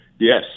Yes